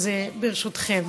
אז ברשותכם.